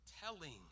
telling